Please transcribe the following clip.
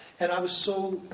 and i was so